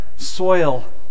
Soil